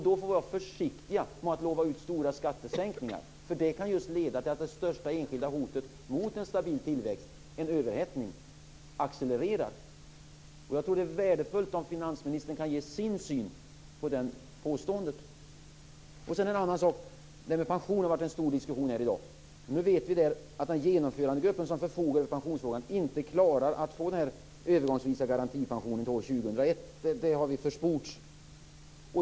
Då får vi vara försiktiga med att lova ut stora skattesänkningar, för det kan just leda till att det största enskilda hotet mot en stabil tillväxt, en överhettning, accelererar. Jag tror att det är värdefullt om finansministern kan ge sin syn på det påståendet. Och så en annan sak: Pensionerna har varit en stor sak i dag. Nu vet vi att den genomförandegrupp som förfogar över pensionsfrågan inte klarar att få den här övergångsvisa garantipensionen till år 2001. Det har vi försports.